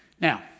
Now